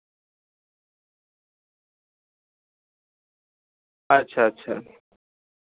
ᱟᱪᱪᱷᱟ ᱟᱪᱪᱷᱟ